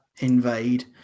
invade